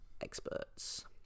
experts